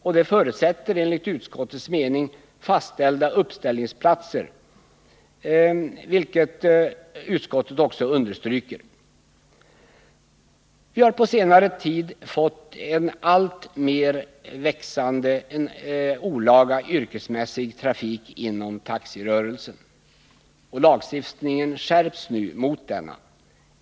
Och detta förutsätter enligt utskottets mening fastställda uppställningsplatser, vilket utskottet också understryker. Vi har på senare tid fått en alltmer växande olaga yrkesmässig trafik inom taxirörelsen. Lagstiftningen mot denna skärps nu.